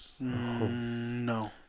No